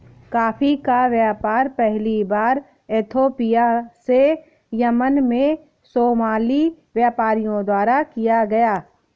coffee का व्यापार पहली बार इथोपिया से यमन में सोमाली व्यापारियों द्वारा किया गया